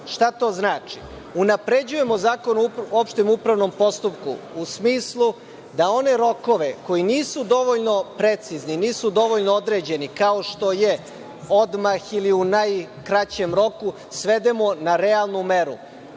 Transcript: Šta to znači? Unapređujemo Zakon o opštem upravnom postupku u smislu da one rokove koji nisu dovoljno precizni, nisu dovoljno određeni, kao što je – odmah ili u najkraćem roku, svedemo na realnu meru,